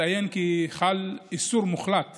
אציין כי חל איסור מוחלט